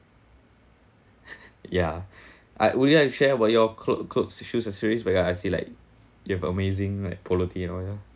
ya I would you like to share about your clothes clothes shoes and series because I see like you have amazing like polo tee and all ya